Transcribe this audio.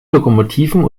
lokomotiven